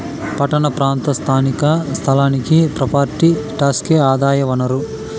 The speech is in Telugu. పట్టణ ప్రాంత స్థానిక సంస్థలకి ప్రాపర్టీ టాక్సే ఆదాయ వనరు